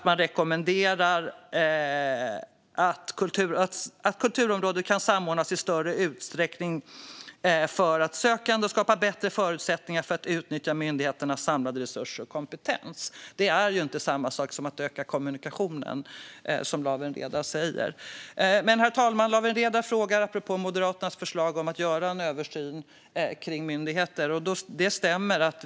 Man rekommenderar att kulturområdet samordnas i större utsträckning för de sökande och för att "skapa bättre förutsättningar för att utnyttja myndigheternas samlade resurser och kompetens". Det är ju inte samma sak som att öka kommunikationen, som Lawen Redar säger. Herr talman! Lawen Redar frågar om Moderaternas förslag är att göra en översyn av myndigheter, och det stämmer.